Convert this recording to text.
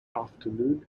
afternoon